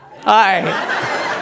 hi